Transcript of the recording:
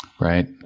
Right